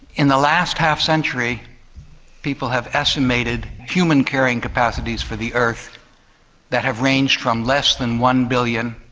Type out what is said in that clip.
in the last half-century people have estimated human-carrying capacities for the earth that have ranged from less than one billion